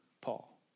Paul